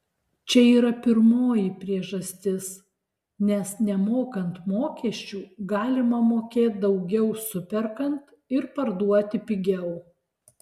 čia yra pirmoji priežastis nes nemokant mokesčių galima mokėt daugiau superkant ir parduoti pigiau